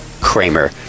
Kramer